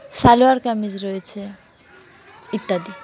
সালোয়ার কামিজ রয়েছে ইত্যাদি